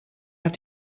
have